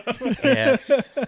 Yes